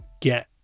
get